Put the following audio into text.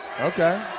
okay